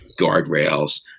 guardrails